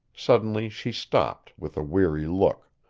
suddenly she stopped with a weary look.